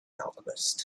alchemist